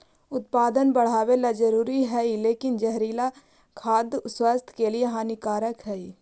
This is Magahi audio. उत्पादन बढ़ावेला जरूरी हइ लेकिन जहरीला खाद्यान्न स्वास्थ्य के लिए हानिकारक हइ